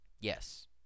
yes